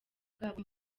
bwabo